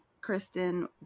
Kristen